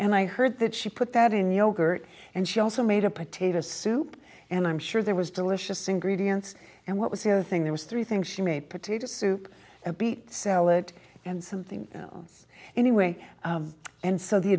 and i heard that she put that in yogurt and she also made a potato soup and i'm sure there was delicious ingredients and what was the other thing there was three things she made potato soup a beet sell it and something else anyway and so the